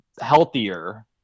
healthier